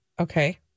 Okay